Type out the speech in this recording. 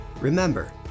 Remember